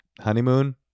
honeymoon